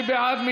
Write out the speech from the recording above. מי בעד?